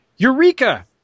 Eureka